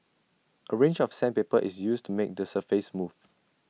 A range of sandpaper is used to make the surface smooth